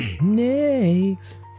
Next